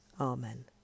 Amen